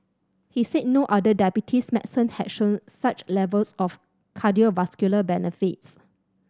he said no other diabetes medicine had shown such levels of cardiovascular benefits